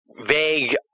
vague